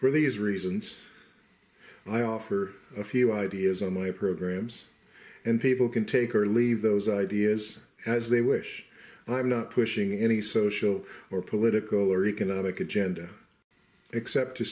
for these reasons i offer a few ideas on my programs and people can take or leave those ideas as they wish and i'm not pushing any social or political or economic agenda except to